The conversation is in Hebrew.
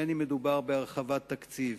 אם מדובר בהרחבת תקציב,